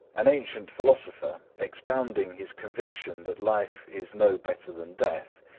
an ancient philosopher, expounding his conviction that life is no better than death,